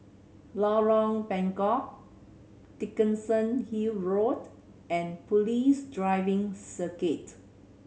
Lorong Bengkok Dickenson Hill Road and Police Driving Circuit